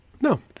No